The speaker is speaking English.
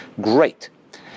Great